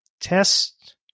test